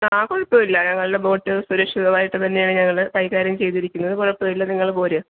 ആ കുഴപ്പമില്ല ഞങ്ങളുടെ ബോട്ട് സുരക്ഷിതമായിട്ട് തന്നെയാണ് ഞങ്ങൾ കൈകാര്യം ചെയ്തിരിക്കുന്നത് കുഴപ്പമില്ല നിങ്ങൾ പോരുക